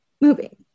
moving